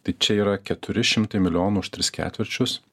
tai čia yra keturi šimtai milijonų už tris ketvirčius